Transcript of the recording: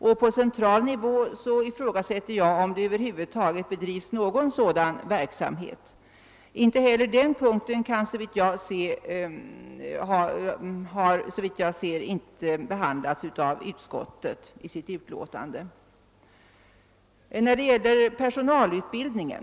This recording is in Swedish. Jag ifrågasätter, om det på central nivå över huvud taget bedrivs någon sådan verksamhet. Inte heller den punkten har utskottet behandlat, såvitt jag kan se i utlåtandet.